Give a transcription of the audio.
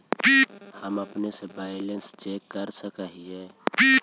हम अपने से बैलेंस चेक कर सक हिए?